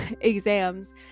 exams